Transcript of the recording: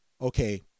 okay